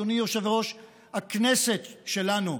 אדוני יושב-ראש הכנסת שלנו,